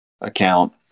account